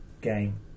game